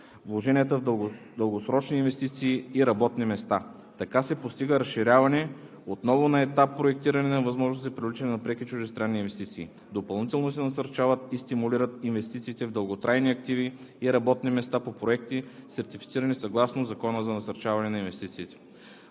вложения в дългосрочни инвестиции и работни места. Така се постига разширяване отново на етап проектиране на възможностите за привличане на преки чуждестранни инвестиции. Допълнително се насърчават и стимулират инвестициите в дълготрайни активи и работни места по проекти, сертифицирани съгласно Закона за насърчаване на инвестициите.